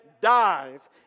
dies